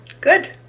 Good